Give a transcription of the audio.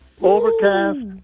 Overcast